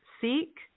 seek